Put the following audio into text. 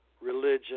religion